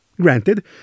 Granted